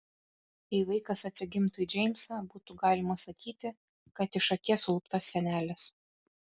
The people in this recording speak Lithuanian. jei vaikas atsigimtų į džeimsą būtų galima sakyti kad iš akies luptas senelis